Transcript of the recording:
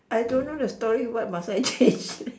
I don't know the story what must I change it